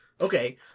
Okay